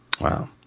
Wow